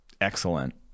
excellent